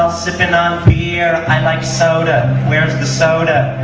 sippin' on beer i like soda, where's the soda?